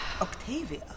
Octavia